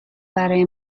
برای